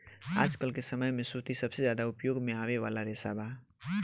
आजकल के समय में सूती सबसे ज्यादा उपयोग में आवे वाला रेशा बा